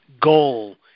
goal